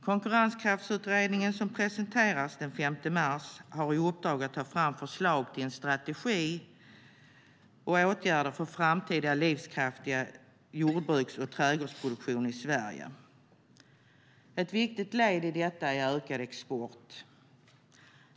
Konkurrenskraftsutredningen som presenteras den 5 mars har i uppdrag att ta fram förslag till en strategi och åtgärder för en framtida livskraftig jordbruks och trädgårdsproduktion i Sverige. Ett viktigt led i detta är ökad export.